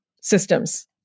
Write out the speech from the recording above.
systems